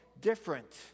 different